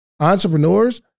entrepreneurs